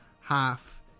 half